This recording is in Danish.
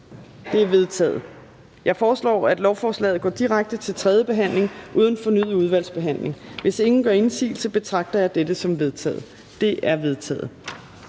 De er vedtaget. Jeg foreslår, at lovforslaget går direkte til tredje behandling uden fornyet udvalgsbehandling. Hvis ingen gør indsigelse, betragter jeg dette som vedtaget. Det er vedtaget.